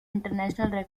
international